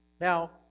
Now